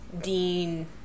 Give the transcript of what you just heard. Dean